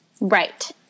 Right